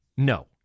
No